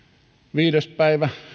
viides päivä